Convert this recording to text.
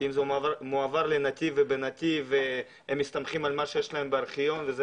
כי אם זה מועבר לנתיב ובנתיב הם מסתמכים על מה שיש להם בארכיון וזה